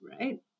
right